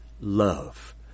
love